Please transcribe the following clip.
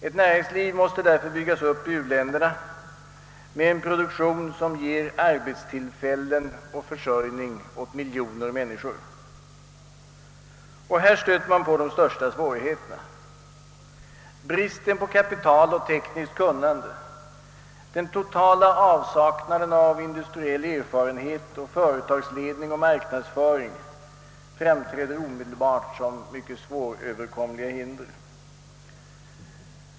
Ett näringsliv bör därför byggas upp i u-länderna med en produktion som ger arbetstillfällen och försörjning åt miljoner människor. Här stöter man på de största svårigheterna. Bristen på kapital och tekniskt kunnande, den totala avsaknaden av industriell erfarenhet och företagsledning och marknadsföring framträder omedelbart som svåröverkomliga hinder.